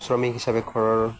শ্ৰমিক হিচাপে ঘৰৰ